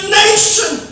nation